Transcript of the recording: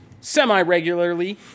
semi-regularly